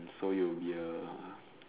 so you'll be a